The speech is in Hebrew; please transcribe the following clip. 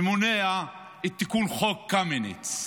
ומונע את תיקון חוק קמיניץ.